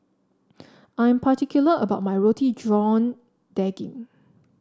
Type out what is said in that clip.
I'm particular about my Roti John Daging